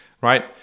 right